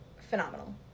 phenomenal